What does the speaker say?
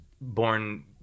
born